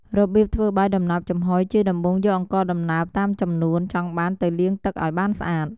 របៀបធ្វើបាយដំណើបចំហុយ ជាដំបូងយកអង្ករដំណើបតាមចំនួនចង់បានទៅលាងទឹកឱ្យបានស្អាត។